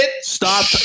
Stop